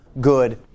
good